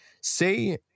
Say